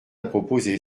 proposer